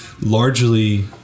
largely